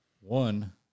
One